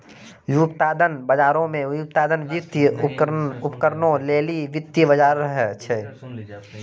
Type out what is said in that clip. व्युत्पादन बजारो मे व्युत्पादन, वित्तीय उपकरणो लेली वित्तीय बजार छै